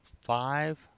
five